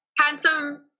Handsome